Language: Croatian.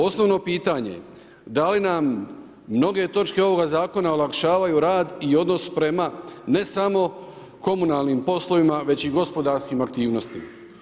Osnovno pitanje je da li nam mnoge točke ovoga zakona olakšavaju rad i odnos prema ne samo komunalnim poslovima već i gospodarskim aktivnostima?